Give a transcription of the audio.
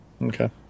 Okay